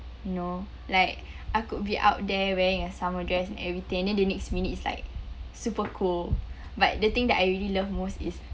no like I could be out there wearing a summer dress and everything then the next minute it's like super cool but the thing that I really love most is